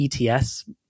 ETS